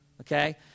okay